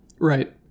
right